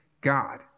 God